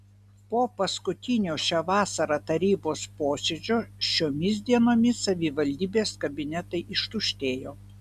po paskutinio šią vasarą tarybos posėdžio šiomis dienomis savivaldybės kabinetai ištuštėjo